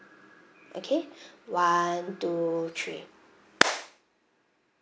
okay one two three